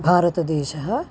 भारतदेशः